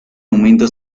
aumento